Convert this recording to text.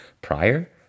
prior